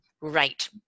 Right